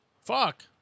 Fuck